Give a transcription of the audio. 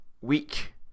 week